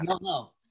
no